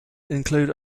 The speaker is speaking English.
include